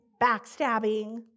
backstabbing